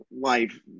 life